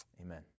Amen